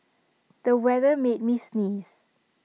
the weather made me sneeze